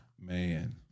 man